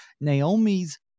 Naomi's